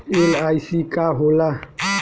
LIC का होला?